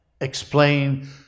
explain